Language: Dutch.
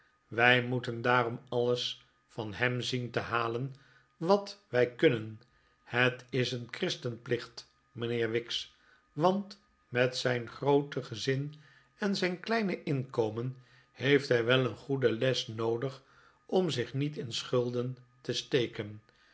wij moeten daarom alles van hem zien te halen wat wij kunnen het is een christenplicht mijnheer wicks want met zijn groote gezin en zijn kleine inkomen heeft hij wel een go'ede les noodig om zich niet in schulden te steken